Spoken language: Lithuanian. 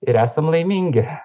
ir esam laimingi